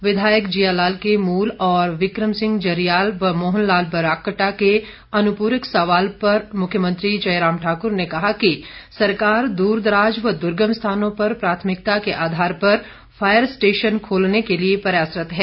विधायक जियालाल के मूल और विक्रम सिंह जरियाल व मोहन लाल ब्राक्टा के अनुपूरक सवाल पर मुख्यमंत्री जयराम ठाकुर ने कहा कि सरकार दूरदराज व दुर्गम स्थानों पर प्राथमिकता के आधार पर फायर स्टेशन खोलने के लिए प्रयासरत है